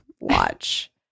Watch